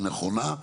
היא נכונה,